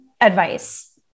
advice